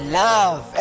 love